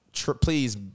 Please